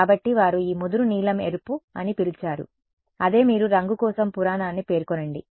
కాబట్టి వారు ఈ ముదురు నీలం ఎరుపు అని పిలిచారు అదే మీరు రంగు కోసం పురాణాన్ని పేర్కొనండి